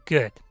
Good